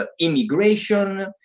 ah immigration,